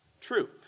true